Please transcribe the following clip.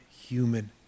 human